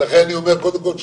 לכן אני אומר קודם כל,